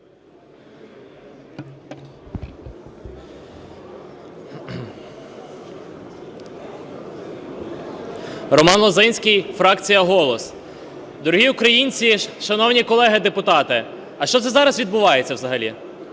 Роман Лозинський, фракція "Голос". Дорогі українці, шановні колеги депутати! А що це зараз відбувається взагалі?